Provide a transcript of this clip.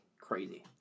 Crazy